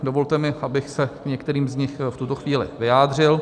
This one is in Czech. Dovolte mi, abych se k některým z nich v tuto chvíli vyjádřil.